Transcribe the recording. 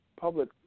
public